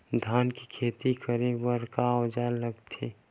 धान के खेती करे बर का औजार लगथे?